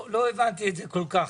לא כל כך הבנתי את זה.